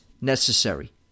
necessary